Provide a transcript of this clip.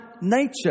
nature